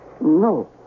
No